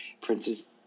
Prince's